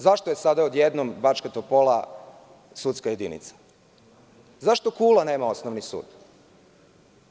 Zašto je sada odjednom Bačka Topola sudska jedinica i zašto Kula nema osnovni sud?